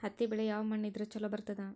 ಹತ್ತಿ ಬೆಳಿ ಯಾವ ಮಣ್ಣ ಇದ್ರ ಛಲೋ ಬರ್ತದ?